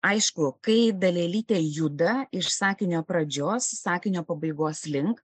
aišku kai dalelytė juda iš sakinio pradžios sakinio pabaigos link